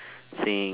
sing